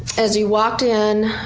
as you walked in,